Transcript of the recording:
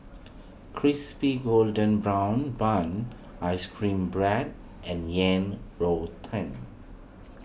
Crispy Golden Brown Bun Ice Cream Bread and Yang Rou Tang